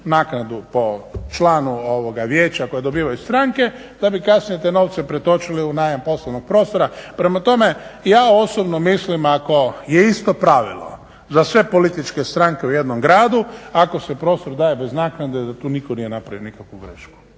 naknadu po članu vijeća koje dobivaju stranke, da bi kasnije te novce pretočili u najam poslovnog prostora. Prema tome, ja osobno mislim ako je isto pravilo za sve političke stranke u jednom gradu, ako se prostor daje bez naknade da tu nitko nije napravio nikakvu grešku.